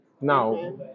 Now